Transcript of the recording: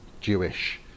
Jewish